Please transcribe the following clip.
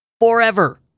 forever